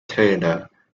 taylor